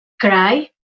cry